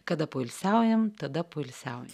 kada poilsiaujam tada poilsiaujam